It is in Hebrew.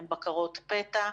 הן בקרות פתע,